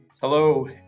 Hello